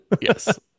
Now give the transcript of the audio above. Yes